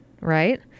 right